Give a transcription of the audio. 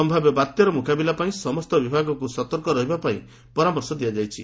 ସମ୍ଭାବ୍ୟ ବାତ୍ୟାର ମୁକାବିଲା ପାଇଁ ସମସ୍ତ ବିଭାଗକୁ ସତର୍କ ରହିବାପାଇଁ ପରାମର୍ଶ ଦିଆଯାଇଛି